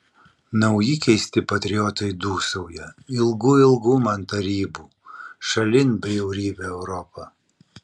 nauji keisti patriotai dūsauja ilgu ilgu man tarybų šalin bjaurybę europą